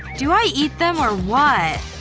do i eat them or what?